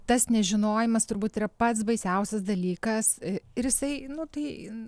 tas nežinojimas turbūt yra pats baisiausias dalykas ir jisai nu tai